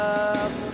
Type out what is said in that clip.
up